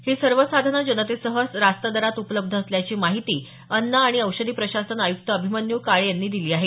ही सर्व साधनं जनतेसही रास्त दरात उपलब्ध असल्याची माहिती अन्न आणि औषध प्रशासन आय़क्त अभिमन्यू काळे यांनी दिली आहे